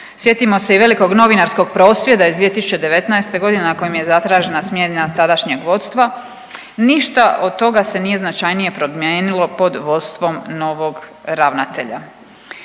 Sjetimo se i velikog novinarskog prosvjeda iz 2019. godine na kojem je zatražena smjena tadašnjeg vodstva. Ništa od toga se nije značajnije promijenilo pod vodstvom novog ravnatelja.